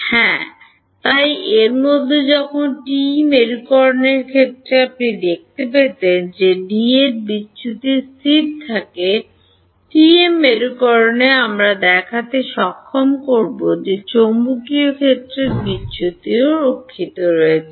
হ্যাঁ তাই এর মধ্যে যখন টিই মেরুকরণের ক্ষেত্রে আপনি দেখতে পেতেন যে D এর বিচ্যুতি স্থির থাকে টিএম মেরুকরণে আমরা দেখাতে সক্ষম করব যে চৌম্বকীয় ক্ষেত্রের বিচ্যুতি রক্ষিত রয়েছে